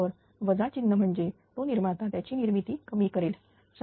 तर वजा चिन्ह म्हणजे तो निर्माता त्याची निर्मिती कमी करेल